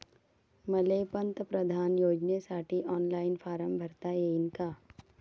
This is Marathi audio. मले पंतप्रधान योजनेसाठी ऑनलाईन फारम भरता येईन का?